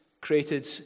created